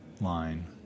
line